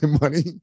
money